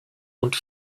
und